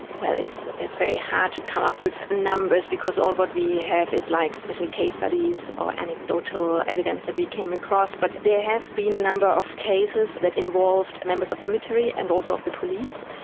well, it's it's very hard to come up with numbers because all what we have is like special case studies or anecdotal evidence that we came across. but there have been a number of cases that involved members of the military and also of the police.